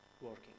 working